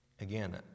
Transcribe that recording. Again